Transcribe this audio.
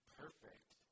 perfect